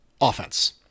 offense